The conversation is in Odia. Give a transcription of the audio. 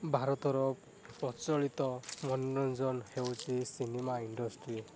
ଭାରତର ପ୍ରଚଳିତ ମନୋରଞ୍ଜନ ହେଉଛି ସିନେମା ଇଣ୍ଡଷ୍ଟ୍ରି